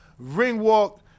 Ringwalk